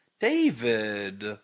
David